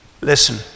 Listen